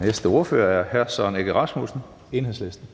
Næste ordfører er hr. Søren Egge Rasmussen, Enhedslisten.